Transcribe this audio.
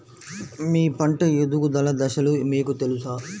మీ పంట ఎదుగుదల దశలు మీకు తెలుసా?